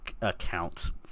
accounts